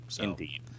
Indeed